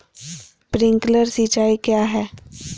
Sprinkler सिंचाई क्या है?